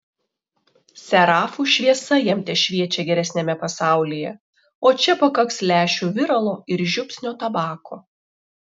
serafų šviesa jam tešviečia geresniame pasaulyje o čia pakaks lęšių viralo ir žiupsnio tabako